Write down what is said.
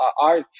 art